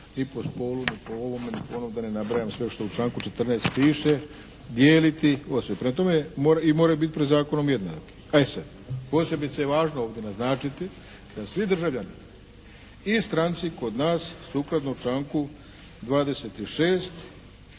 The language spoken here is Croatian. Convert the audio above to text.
ni po spolu, ni po ovome, ni po onome, da ne nabrajam sve što u članku 14. piše dijeliti osobe. Prema tome, i moraju biti pred zakonom jednaki. E sad, posebice je važno ovdje naznačiti da svi državljani i stranci kod nas sukladno članku 26.